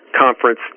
conference